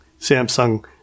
Samsung